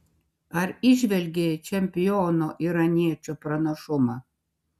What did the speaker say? ar įžvelgei čempiono iraniečio pranašumą